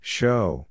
Show